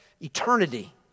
eternity